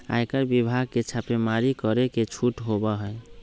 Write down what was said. आयकर विभाग के छापेमारी करे के छूट होबा हई